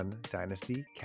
Dynasty